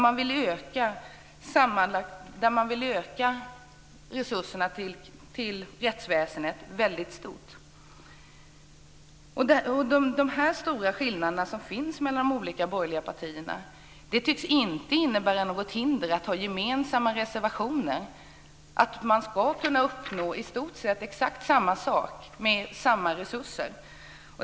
Man vill öka resurserna till rättsväsendet väldigt mycket. De stora skillnader som finns mellan de olika borgerliga partierna tycks inte innebära något hinder för att ha gemensamma reservationer. Man ska kunna uppnå i stort sett samma sak med samma resurser.